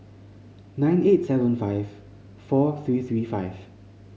nine eight seven five four three three five